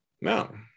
no